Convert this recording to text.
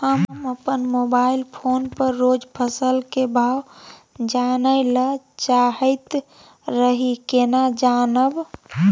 हम अपन mobile phone पर रोज फसल के भाव जानय ल चाहैत रही केना जानब?